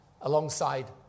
alongside